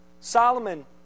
Solomon